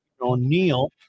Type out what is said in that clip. O'Neill